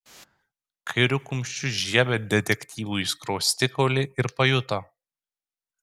kairiu kumščiu žiebė detektyvui į skruostikaulį ir pajuto